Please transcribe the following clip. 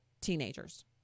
teenagers